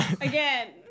Again